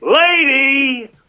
Lady